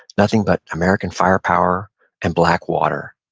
nothing but american firepower and black water.